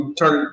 turn